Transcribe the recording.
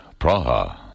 Praha